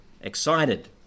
excited